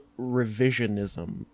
revisionism